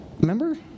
Remember